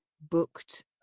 booked